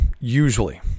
usually